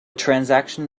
transaction